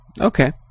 Okay